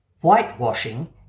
whitewashing